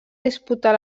disputar